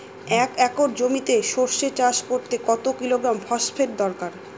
এক একর জমিতে সরষে চাষ করতে কত কিলোগ্রাম ফসফেট দরকার?